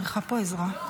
עומדות לרשותי 40 דקות,